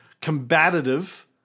combative